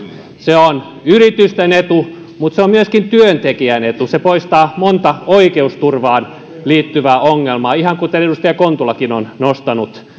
se on yritysten etu mutta se on myöskin työntekijän etu se poistaa monta oikeus turvaan liittyvää ongelmaa ihan kuten edustaja kontulakin on nostanut